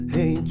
Hey